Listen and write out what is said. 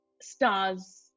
stars